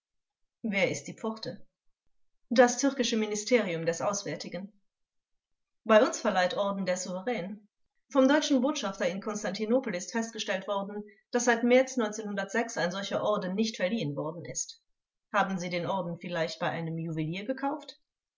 wer ist die pforte angekl das türkische ministerium des auswärtigen vors bei uns verleiht orden der souverän vom deutschen botschafter in konstantinopel ist festgestellt worden daß seit märz ein solcher orden nicht verliehen worden ist haben sie den orden vielleicht bei einem juwelier gekauft